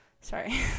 Sorry